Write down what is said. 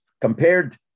compared